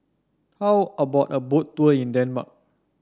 how about a Boat Tour in Denmark